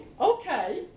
okay